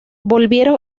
volvieron